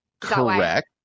Correct